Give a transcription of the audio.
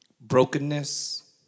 Brokenness